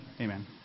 Amen